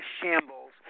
shambles